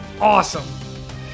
awesome